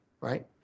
right